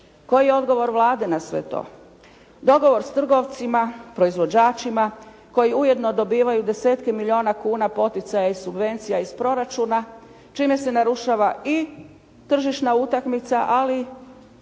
Koji je odgovor Vlade na sve to? Dogovor s trgovcima, proizvođačima koji ujedno dobivaju desetke milijuna kuna poticaja i subvencija iz proračuna čime se narušava i tržišna utakmica, ali